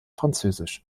französisch